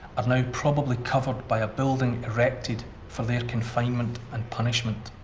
um now probably covered by a building erected for their confinement and punishment.